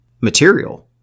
material